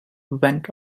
went